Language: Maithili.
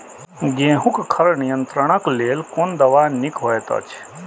गेहूँ क खर नियंत्रण क लेल कोन दवा निक होयत अछि?